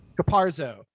Caparzo